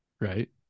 Right